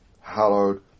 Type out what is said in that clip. hallowed